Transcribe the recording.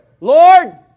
Lord